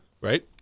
right